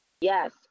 Yes